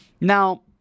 Now